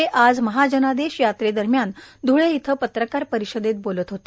ते आज महाजनादेश यात्रे दरम्यान ध्ळे इथं पत्रकार परिषदेत बोलत होते